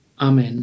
Amen